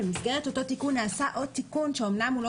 במסגרת אותו תיקון נעשה עוד תיקון שאמנם הוא לא